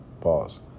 Pause